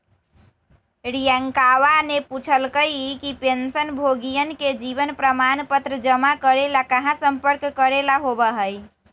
रियंकावा ने पूछल कई कि पेंशनभोगियन के जीवन प्रमाण पत्र जमा करे ला कहाँ संपर्क करे ला होबा हई?